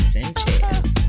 Sanchez